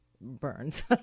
burns